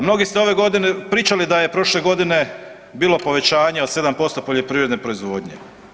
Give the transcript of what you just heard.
Mnogi ste ove godine pričali da je prošle godine bilo povećanje od 7% poljoprivredne proizvodnje.